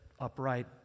upright